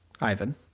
Ivan